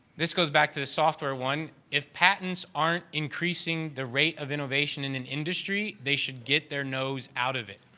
this goes back to the software one. if patents aren't increasing the rate of innovation in an industry, they should get their nose out of it.